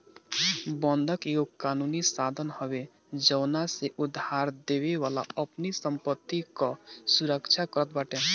बंधक एगो कानूनी साधन हवे जवना से उधारदेवे वाला अपनी संपत्ति कअ सुरक्षा करत बाटे